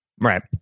Right